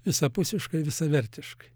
visapusiškai visavertiškai